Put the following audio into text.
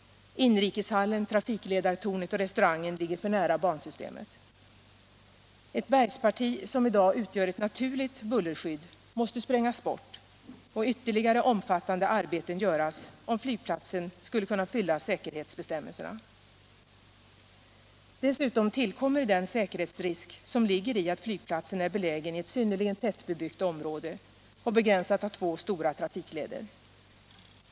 Inrikeshallen, trafikledartornet och restaurangen ligger för nära bansystemet. Ett bergsparti, som i dag utgör ett naturligt bullerskydd, måste sprängas bort och ytterligare omfattande arbeten göras om flygplatsen skall kunna fylla säkerhetsbestämmelserna. Dessutom tillkommer den säkerhetsrisk som ligger i att Nygplatsen är belägen i ett synnerligen tättbebyggt område och begränsas av två stora trafikleder.